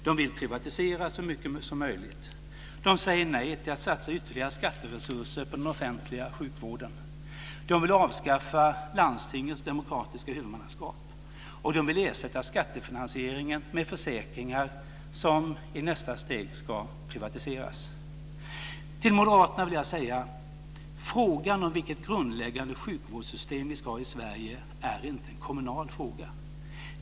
De vill privatisera så mycket som möjligt. De säger nej till att satsa ytterligare skatteresurser på den offentliga sjukvården. De vill avskaffa landstingens demokratiska huvudmannaskap. Och de vill ersätta skattefinansieringen med försäkringar som i nästa steg ska privatiseras. Till Moderaterna vill jag säga: Frågan om vilket grundläggande sjukvårdssystem vi ska ha i Sverige är inte en kommunal fråga.